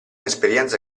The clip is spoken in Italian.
esperienza